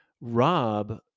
rob